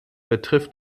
betrifft